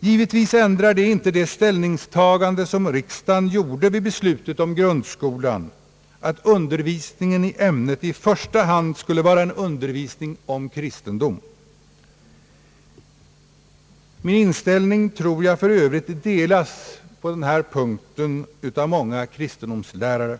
Givetvis ändrar det inte det ställningstagande som riksdagen gjorde vid beslutet om grundskolan, att undervisningen i ämnet i första hand skulle vara en undervisning om kristendom. Min inställning tror jag för övrigt delas av många kristendomslärare.